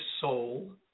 soul